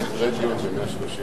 זה סדרי דיון ב-131,